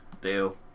Deal